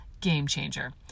game-changer